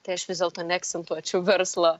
tai aš vis dėlto neakcentuočiau verslo